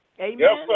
Amen